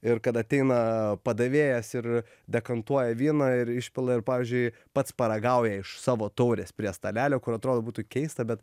ir kad ateina padavėjas ir dekantuoja vyną ir išpila ir pavyzdžiui pats paragauja iš savo taurės prie stalelio kur atrodo būtų keista bet